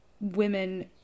women